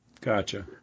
Gotcha